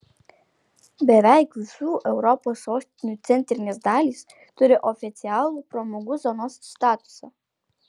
beveik visų europos sostinių centrinės dalys turi oficialų pramogų zonos statusą